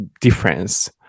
difference